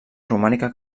romànica